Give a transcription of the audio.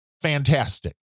fantastic